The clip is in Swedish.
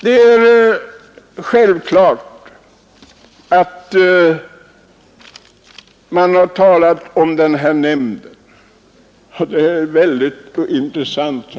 Det har vidare i detta sammanhang talats om en nämnd, som är mycket intressant.